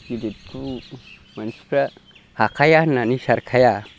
गिदिरखौ मानसिफ्रा हाखाया होननानै सारखाया